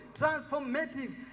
transformative